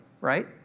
right